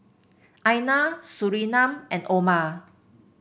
Aina Surinam and Omar